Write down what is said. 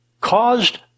caused